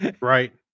Right